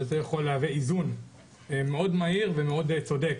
וזה יכול להוות איזון מאוד מהיר ומאוד צודק,